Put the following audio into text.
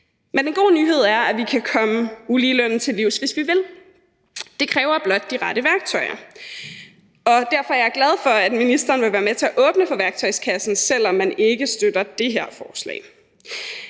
Men den gode nyhed er, at vi kan komme uligelønnen til livs, hvis vi vil. Det kræver blot de rette værktøjer. Og derfor er jeg glad for, at ministeren vil være med til at åbne for værktøjskassen, selv om man ikke støtter det her forslag.